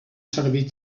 servir